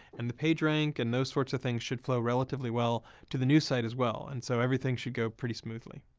and the page rank and those sorts of things should flow relatively well to the new site as well. and so everything should go pretty smoothly.